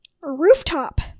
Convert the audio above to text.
rooftop